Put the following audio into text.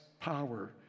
power